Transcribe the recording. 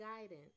guidance